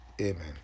Amen